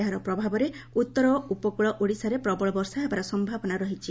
ଏହାର ପ୍ରଭାବରେ ଉତ୍ତର ଓ ଉପକ୍ଳ ଓଡ଼ିଶାରେ ପ୍ରବଳ ବର୍ଷା ହେବାର ସୟାବନା ରହିଛି